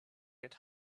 get